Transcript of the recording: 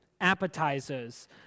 appetizers